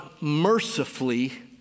mercifully